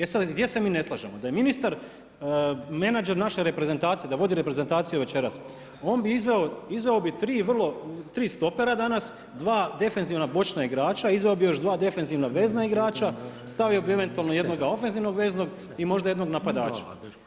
E sad, gdje se mi ne slažemo, da je ministar menadžer naše reprezentacije, da vodi reprezentaciju večeras, izveo bi 3 vrlo, 3 stopera danas, 2 defenzivna bočna igrača, izveo bi još 2 defenzivna vezna igrača, stavio bi eventualno jednog ofenzivnog veznog i možda jednog napadača.